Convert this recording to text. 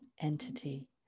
entity